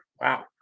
wow